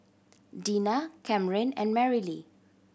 Dinah Camryn and Marylee